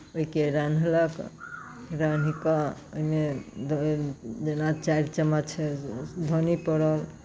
ओहिके रन्हलक रान्हि कऽ ओहिमे जेना चारि चम्मच धन्नी पड़ल से